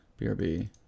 brb